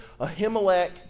Ahimelech